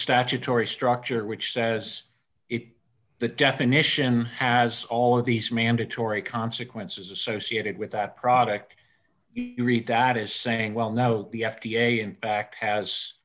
statutory structure which says if the definition has all of these mandatory consequences associated with that product you read that as saying well now the f d a in fact has